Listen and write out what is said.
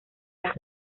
las